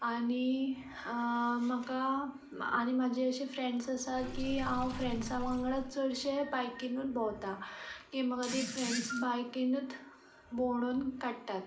आनी म्हाका आनी म्हजे अशे फ्रेंड्स आसा की हांव फ्रेंड्सां वांगडा चडशें बायकीनूच भोंवता ती म्हाका तीं फ्रेंड्स बायकीनूच भोंवडोन काडटात